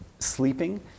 Sleeping